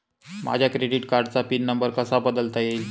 माझ्या क्रेडिट कार्डचा pin number कसा बदलता येईल?